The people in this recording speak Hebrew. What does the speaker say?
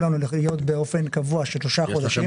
לנו לקלוט באופן קבוע של שלושה חודשים.